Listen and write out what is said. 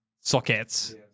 sockets